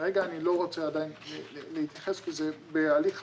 כרגע אני לא רוצה עדיין להתייחס כי זה בהליך חשיבה.